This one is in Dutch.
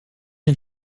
een